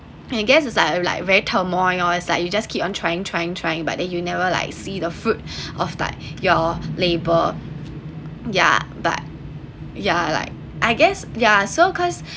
I guess as I have like very turmoil lor like you just keep on trying trying trying but then you never like see the fruits of like your labour ya but ya like I guess yeah so cause